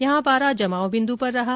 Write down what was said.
यहा पारा जमावबिन्दु पर रहा